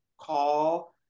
call